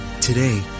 today